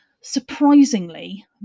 Surprisingly